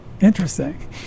Interesting